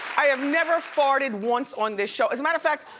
i have never farted once on this show, as a matter of fact,